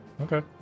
Okay